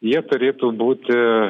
jie turėtų būti